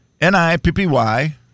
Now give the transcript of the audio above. N-I-P-P-Y